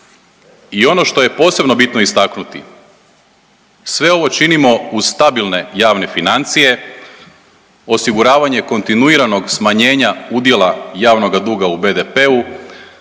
I ono što je posebno bitno istaknuti, sve ovo činimo uz stabilne javne financije, osiguravanje kontinuiranog smanjenja udjela javnoga duga u BDP-u